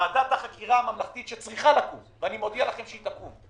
ועדת החקירה הממלכתית שצריכה לקום ואני מודיע לכם שהיא תקום,